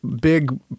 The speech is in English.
big